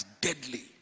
deadly